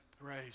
Praise